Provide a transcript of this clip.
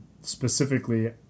specifically